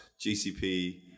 gcp